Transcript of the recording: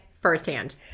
firsthand